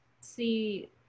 see